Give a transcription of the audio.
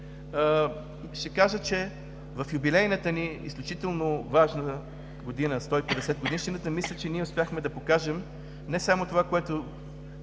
ще кажа, че в юбилейната ни, изключително важна година – 150-годишнината, мисля, че успяхме да покажем не само това, което